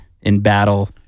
in-battle